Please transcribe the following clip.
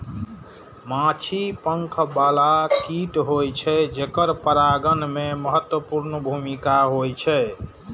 माछी पंख बला कीट होइ छै, जेकर परागण मे महत्वपूर्ण भूमिका होइ छै